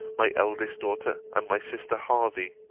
my eldest daughter, and my sister hervey.